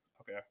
okay